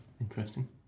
interesting